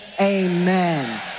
Amen